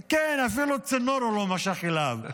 כן, אפילו צינור הוא לא משך אליו.